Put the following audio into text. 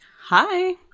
Hi